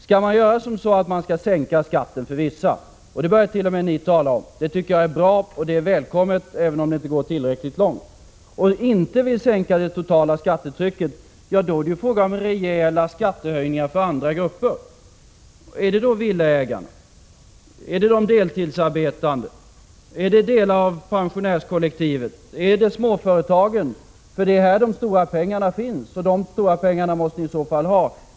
Om man skall sänka skatten för vissa — och det börjar t.o.m. ni tala om, och det tycker jag är bra, och det är välkommet, även om ni inte går tillräckligt långt — men inte sänka det totala skattetrycket, då är det fråga om rejäla skattehöjningar för andra grupper. Är det villaägarna, de deltidsarbetande, delar av pensionärskollektivet eller småföretagen? Det är ju här de stora pengarna finns, och de stora pengarna måste ni i så fall ha.